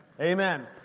Amen